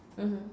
mmhmm